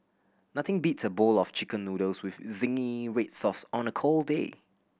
nothing beats a bowl of Chicken Noodles with zingy red sauce on a cold day